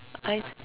I